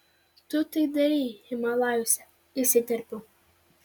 tu tai darei himalajuose įsiterpiau